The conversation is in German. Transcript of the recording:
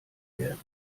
werden